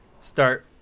start